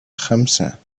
خمسة